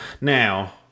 Now